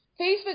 Facebook